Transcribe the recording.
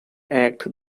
act